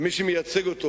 ומי שמייצגים אותו,